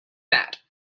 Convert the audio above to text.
that